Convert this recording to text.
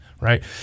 right